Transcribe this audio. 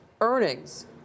earnings